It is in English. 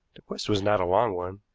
the quest was not a long one.